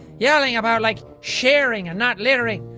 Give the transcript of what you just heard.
yelling about like, sharing and not littering,